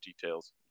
details